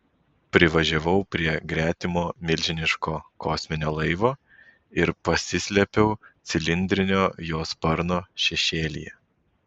privažiavau prie gretimo milžiniško kosminio laivo ir pasislėpiau cilindrinio jo sparno šešėlyje